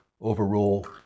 overrule